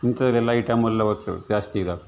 ಇಂಥದೆಲ್ಲ ಐಟಮ್ ಅಲ್ಲಿ ಜಾಸ್ತಿ ಇದಾವೆ